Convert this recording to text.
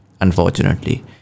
unfortunately